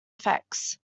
effects